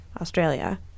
Australia